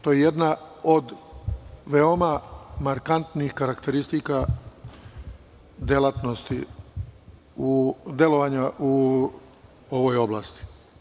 To je jedna od veoma markantnih karakteristika delovanja u ovoj oblasti.